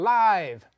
live